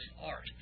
art